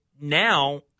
now